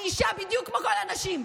אני אישה בדיוק כמו כל הנשים,